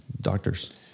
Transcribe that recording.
doctors